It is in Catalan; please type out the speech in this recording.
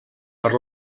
per